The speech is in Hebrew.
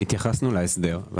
התייחסנו להסדר.